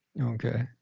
Okay